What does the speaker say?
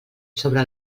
sobre